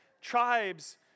Tribes